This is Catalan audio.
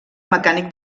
mecànic